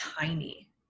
tiny